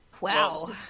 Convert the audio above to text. Wow